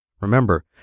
Remember